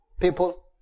people